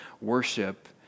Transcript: worship